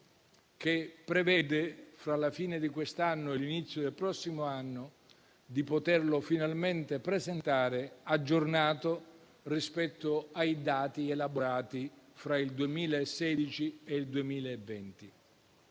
che prevede, fra la fine di quest'anno e l'inizio del prossimo anno, di poterlo finalmente presentare aggiornato rispetto ai dati elaborati fra il 2016 e il 2020.